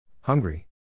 Hungry